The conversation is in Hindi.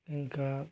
इनका